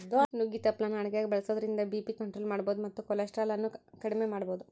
ನುಗ್ಗಿ ತಪ್ಪಲಾನ ಅಡಗ್ಯಾಗ ಬಳಸೋದ್ರಿಂದ ಬಿ.ಪಿ ಕಂಟ್ರೋಲ್ ಮಾಡಬೋದು ಮತ್ತ ಕೊಲೆಸ್ಟ್ರಾಲ್ ಅನ್ನು ಅಕೆಡಿಮೆ ಮಾಡಬೋದು